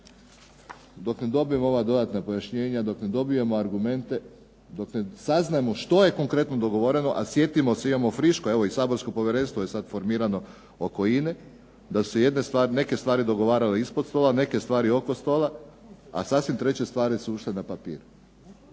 Dok ne dobijemo ova dodatna pojašnjenja, dok ne dobijemo argumente, dok ne saznamo što je konkretno dogovoreno, a sjetimo se imamo friško, evo i saborsko povjerenstvo je sad formirano oko INA-e, da su se neke stvari dogovarale ispod stola, neke stvari oko stola, a sasvim treće stvari su ušle na papir.